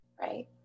Right